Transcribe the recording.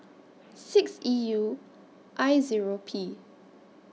six E U I Zero P